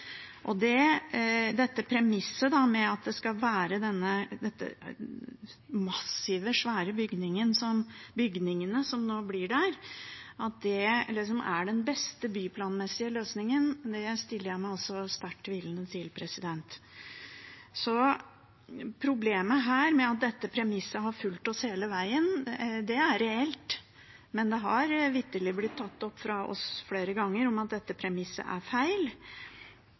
Premisset med at det skal være disse massive, svære bygningene som nå kommer der, som er den beste byplanmessige løsningen, stiller jeg meg sterkt tvilende til. Problemet med at det premisset har fulgt oss hele veien, er reelt, men vi har vitterlig tatt opp flere ganger at det er feil.